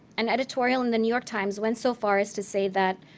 an editorial in the new york times went so far as to say that,